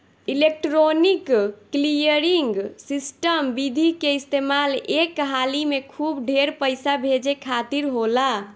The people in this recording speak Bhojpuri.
इलेक्ट्रोनिक क्लीयरिंग सिस्टम विधि के इस्तेमाल एक हाली में खूब ढेर पईसा भेजे खातिर होला